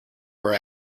her